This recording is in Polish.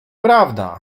prawda